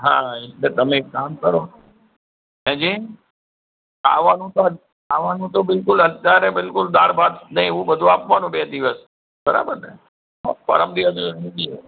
હા એટલે તમે એક કામ કરો હા જી ખાવાનું તો ખાવાનુ તો બિલકુલ અત્યારે બિલકુલ દાળભાત ને એવું બધું આપવાનું બે દિવસ બરાબર ને હા પરમ દિવસે મળીએ